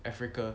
africa